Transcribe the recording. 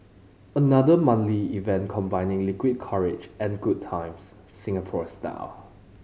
another manly event combining liquid courage and good times Singapore style